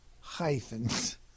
hyphens